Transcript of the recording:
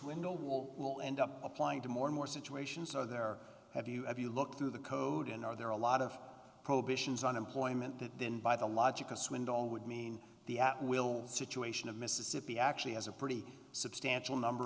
war will end up applying to more and more situations are there have you have you look through the code and are there a lot of prohibitions on employment that then by the logic a swindle would mean the at will situation of mississippi actually has a pretty substantial number